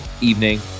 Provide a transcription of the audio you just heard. evening